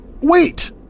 Wait